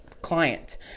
client